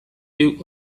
you